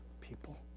people